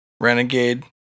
Renegade